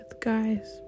guys